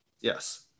Yes